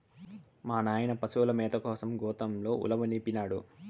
మా నాయన పశుల మేత కోసం గోతంతో ఉలవనిపినాడు